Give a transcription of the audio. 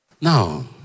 Now